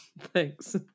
Thanks